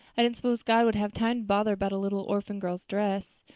i didn't suppose god would have time to bother about a little orphan girl's dress.